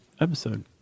episode